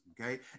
okay